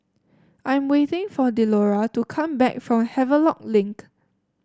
I am waiting for Delora to come back from Havelock Link